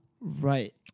Right